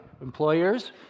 Employers